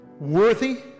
worthy